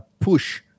push